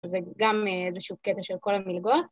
זה גם איזשהו קטע של כל המלגות,